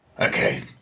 Okay